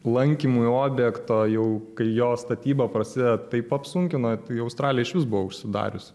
lankymui objekto jau kai jo statyba prasideda taip apsunkina tai australija išvis buvo užsidariusi